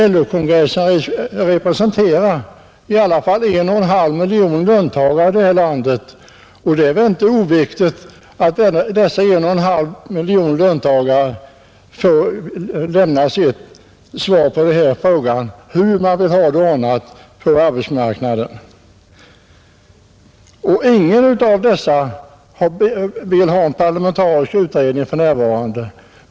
LO-kongressen representerar ändå en och en halv miljon löntagare i det här landet, och det är väl inte oviktigt att dessa får lämna sitt svar på frågan hur de vill ha det ordnat på arbetsmarknaden. Ingen av dessa remissinstanser vill ha en parlamentarisk utredning för närvarande.